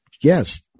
Yes